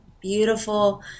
beautiful